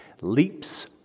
leaps